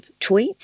tweets